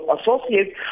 Associates